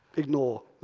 ignore,